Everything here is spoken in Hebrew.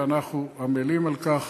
ואנחנו עמלים על כך